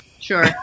Sure